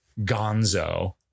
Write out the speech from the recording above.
gonzo